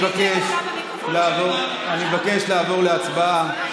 אני מבקש לעבור להצבעה.